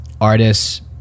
artists